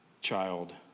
child